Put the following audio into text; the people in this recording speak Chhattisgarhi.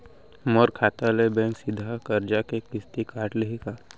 मोर खाता ले बैंक सीधा करजा के किस्ती काट लिही का?